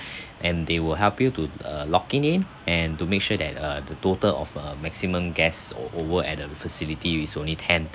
and they will help you to uh locking in and to make sure that uh the total of a maximum guests o~ over at the facility is only ten